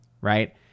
right